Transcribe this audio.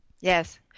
Yes